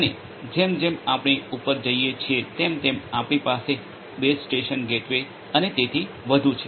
અને જેમ જેમ આપણે ઉપર જઈએ છીએ તેમ તેમ આપણી પાસે બેઝ સ્ટેશન ગેટવે અને તેથી વધુ છે